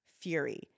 fury